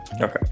okay